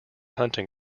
hunting